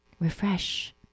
refresh